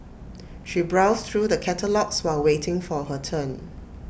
she browsed through the catalogues while waiting for her turn